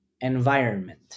environment